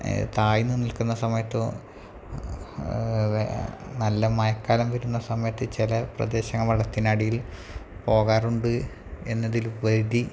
താഴ്ന്നു നിൽക്കുന്ന സമയത്തും നല്ല മഴക്കാലം വരുന്ന സമയത്ത് ചില പ്രദേശങ്ങൾ വെള്ളത്തിനടിയിൽ പോകാറുണ്ട് എന്നതിലുപരി